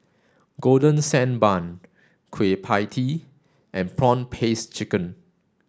golden sand bun Kueh Pie Tee and prawn paste chicken